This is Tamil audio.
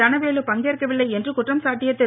தனவேலு பங்கேற்கவில்லை என்று குற்றம் சாட்டிய திரு